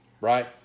right